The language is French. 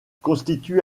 constitue